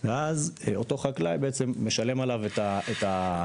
של ניצנה ואז אותו חקלאי משלם עליו את האגרה,